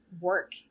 work